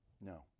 No